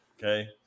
Okay